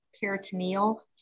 peritoneal